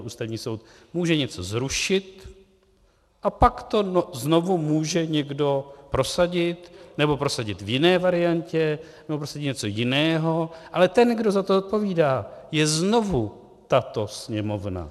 Ústavní soud může něco zrušit a pak to znovu může někdo prosadit, nebo prosadit v jiné variantě, nebo prosadit něco jiného, ale ten, kdo za to odpovídá, je znovu tato Sněmovna.